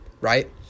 right